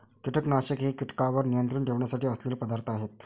कीटकनाशके हे कीटकांवर नियंत्रण ठेवण्यासाठी असलेले पदार्थ आहेत